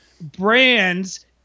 brands